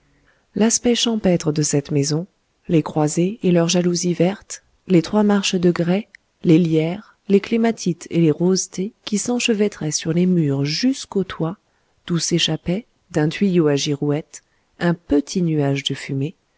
l'aspect champêtre de cette maison les croisées et leurs jalousies vertes les trois marches de grès les lierres les clématites et les roses thé qui s'enchevêtraient sur les murs jusqu'au toit d'où s'échappait d'un tuyau à girouette un petit nuage de fumée